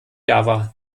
java